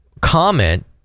comment